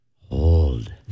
Hold